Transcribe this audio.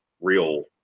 real